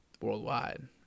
Worldwide